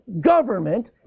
government